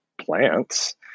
plants